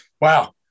Wow